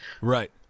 right